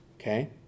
Okay